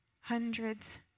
Hundreds